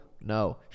No